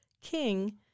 king